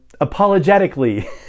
apologetically